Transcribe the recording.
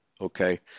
okay